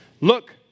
Look